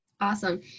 Awesome